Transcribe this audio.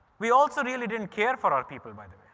we also really didn't care for our people, by the